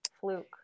fluke